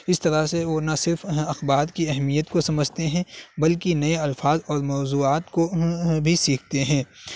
اس طرح سے وہ نہ صرف اخبار کی اہمیت کو سمجھتے ہیں بلکہ نئے الفاظ اور موضوعات کو بھی سیکھتے ہیں